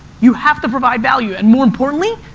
you have to provide value. and more importantly,